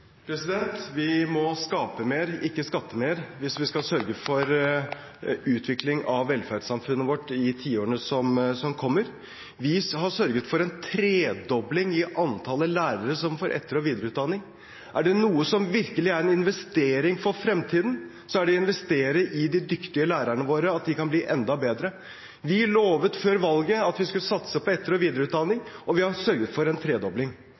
Vi må skape mer, ikke skatte mer, hvis vi skal sørge for utvikling av velferdssamfunnet vårt i tiårene som kommer. Vi har sørget for en tredobling i antallet lærere som får etter- og videreutdanning. Er det noe som virkelig er en investering for fremtiden, er det å investere i de dyktige lærerne våre, så de kan bli enda bedre. Vi lovet før valget at vi skulle satse på etter- og videreutdanning, og vi har sørget for en tredobling.